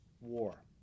war